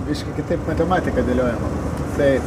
biški kitaip matematika dėliojama tai